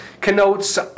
connotes